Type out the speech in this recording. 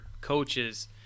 coaches